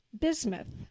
bismuth